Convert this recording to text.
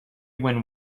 when